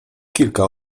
kilka